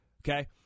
okay